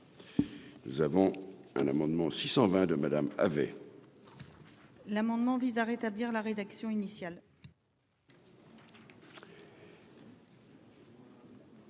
Nous avons un amendement 620 de Madame avait. L'amendement vise à rétablir la rédaction initiale.